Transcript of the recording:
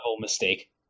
mistake